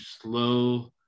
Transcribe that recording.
slow